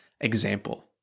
example